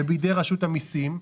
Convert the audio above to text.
זה בידי רשות המיסים,